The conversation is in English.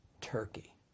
Turkey